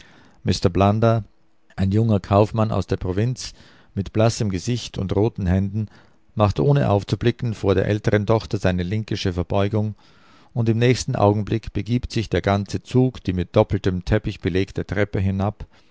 ein junger kaufmann aus der provinz mit blassem gesicht und roten händen macht ohne aufzublicken vor der älteren tochter seine linkische verbeugung und im nächsten augenblick begibt sich der ganze zug die mit doppeltem teppich belegte treppe hinab